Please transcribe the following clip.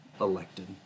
elected